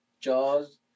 jaws